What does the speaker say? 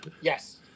Yes